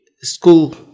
school